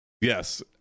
Yes